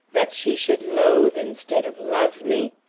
that she should loathe instead of love me?